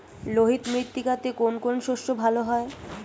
লোহিত মৃত্তিকাতে কোন কোন শস্য ভালো হয়?